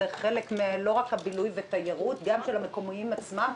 זה חלק לא רק מבילוי ותיירות אלא גם משמש את המקומיים עצמם,